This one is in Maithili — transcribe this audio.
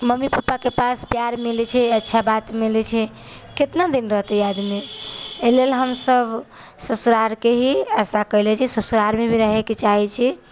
मम्मी पप्पाके पास प्यार मिलै छै अच्छा बात मिलै छै कितना दिन रहतै आदमी एहिलेल हमसभ ससुरारिके ही आशा कयले छी ससुरारिमे ही रहयके चाहै छी